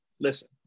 Listen